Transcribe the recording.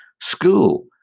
school